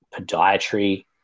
podiatry